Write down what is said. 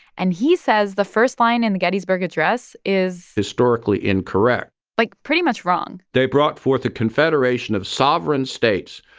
and he says the first line in the gettysburg address is. historically incorrect like, pretty much wrong they brought forth a confederation of sovereign states,